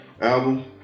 album